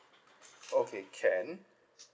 okay can